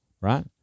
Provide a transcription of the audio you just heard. right